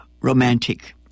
romantic